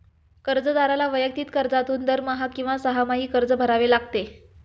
कर्जदाराला वैयक्तिक कर्जातून दरमहा किंवा सहामाही कर्ज भरावे लागते